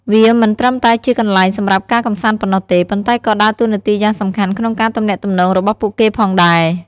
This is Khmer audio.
វាមិនត្រឹមតែជាកន្លែងសម្រាប់ការកម្សាន្តប៉ុណ្ណោះទេ ប៉ុន្តែក៏ដើរតួនាទីយ៉ាងសំខាន់ក្នុងការទំនាក់ទំនងរបស់ពួកគេផងដែរ។